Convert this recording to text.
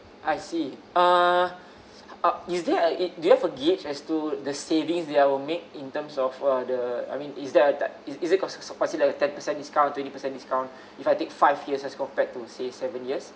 I see uh uh is there a eight do you have a gauge as to the savings that I'll make in terms of uh the I mean is there a is it con~ considered a ten discount twenty percent discount if I take five years as compared to say seven years